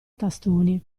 tastoni